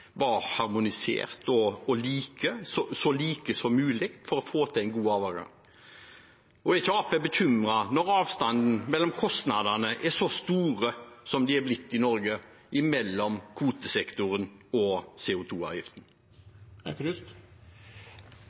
var harmonisert og så like som mulig, for å få til en god overgang? Og er ikke Arbeiderpartiet bekymret når avstanden mellom kostnadene er så store som de er blitt i Norge, mellom kvotesektoren og